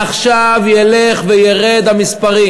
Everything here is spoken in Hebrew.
מעכשיו ילכו וירדו המספרים.